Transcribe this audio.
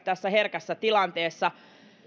tässä herkässä tilanteessa